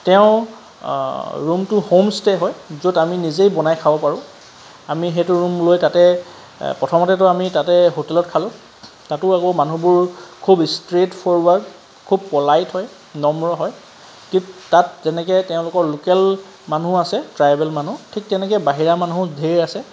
তেওঁ ৰুমটো হ'মষ্টে হয় য'ত আমি নিজে বনাই খাব পাৰোঁ আমি সেইটো ৰুম লৈ তাতে প্ৰথমতেটো আমি তাতে হোটেলত খালোঁ তাতো আকৌ মানুহবোৰ খুব ষ্ট্ৰেট ফৰৱাৰ্ড খুব পলাইট হয় নম্ৰ হয় ঠিক তাত তেনেকৈ তেওঁলোকৰ লোকেল মানুহ আছে ট্ৰাইবেল মানুহ ঠিক তেনেকৈ বাহিৰা মানুহ ধেৰ আছে